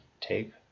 tape